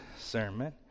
sermon